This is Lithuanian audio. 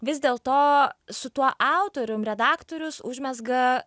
vis dėlto su tuo autorium redaktorius užmezga